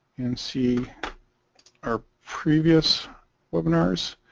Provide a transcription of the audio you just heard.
and see our previous webinars